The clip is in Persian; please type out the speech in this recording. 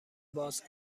باز